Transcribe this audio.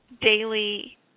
daily